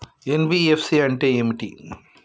NBFC అంటే ఏమిటి?